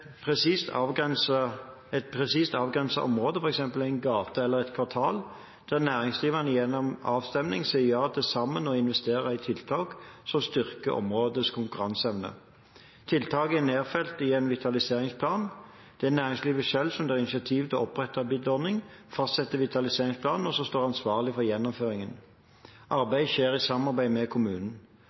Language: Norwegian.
et presist avgrenset område, f.eks. en gate eller et kvartal der næringsdrivende gjennom avstemning sier ja til sammen å investere i tiltak som styrker områdets konkurranseevne. Tiltaket er nedfelt i en vitaliseringsplan. Det er næringslivet selv som tar initiativ til å opprette en BID-ordning, fastsetter vitaliseringsplanen og står ansvarlig for gjennomføringen. Arbeidet skjer i samarbeid med kommunen.